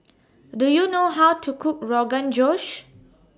Do YOU know How to Cook Rogan Josh